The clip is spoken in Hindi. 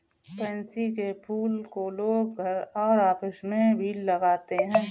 पैन्सी के फूल को लोग घर और ऑफिस में भी लगाते है